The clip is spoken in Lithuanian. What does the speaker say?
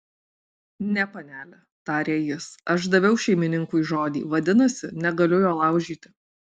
ne panele tarė jis aš daviau šeimininkui žodį vadinasi negaliu jo laužyti